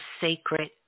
sacred